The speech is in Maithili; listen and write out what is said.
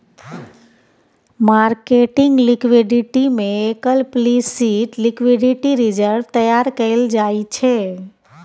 मार्केटिंग लिक्विडिटी में एक्लप्लिसिट लिक्विडिटी रिजर्व तैयार कएल जाइ छै